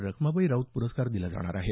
रखमाबाई राऊत प्रस्कार दिला जाणार आहे